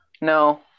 No